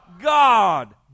God